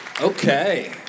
Okay